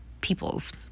people's